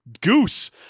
goose